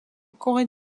corée